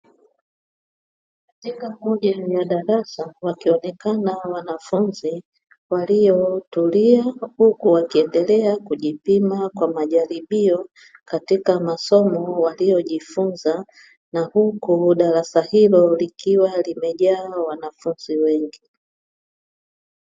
Jengo la moja la darasa wakionekana wanafunzi waliotulia, huku wakiendelea kujipima kwa majaribio katika masomo waliojifunza, na huku darasa hilo likiwa limejaa wanafunzi wengi.